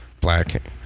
black